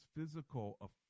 physical